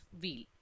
wheel